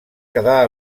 quedà